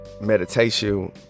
meditation